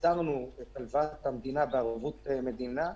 הסדרנו את הלוואת המדינה בערבות מדינה,